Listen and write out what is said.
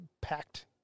packed